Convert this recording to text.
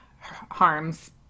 Harms